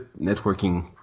networking